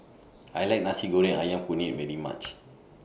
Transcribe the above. I like Nasi Goreng Ayam Kunyit very much